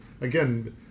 again